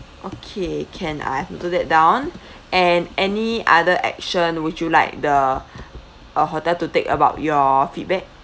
okay can I've noted that down and any other action would you like the uh hotel to take about your feedback